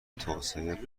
توسعه